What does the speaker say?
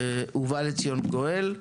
ובא לציון גואל.